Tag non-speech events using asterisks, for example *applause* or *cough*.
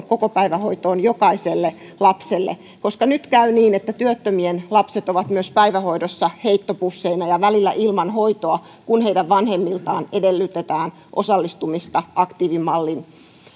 *unintelligible* kokopäivähoitoon jokaiselle lapselle koska nyt käy niin että työttömien lapset ovat myös päivähoidossa heittopusseina ja välillä ilman hoitoa kun heidän vanhemmiltaan edellytetään osallistumista aktiivimallin